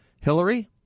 Hillary